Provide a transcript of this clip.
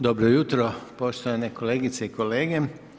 Dobro jutro, poštovane kolegice i kolege.